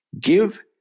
give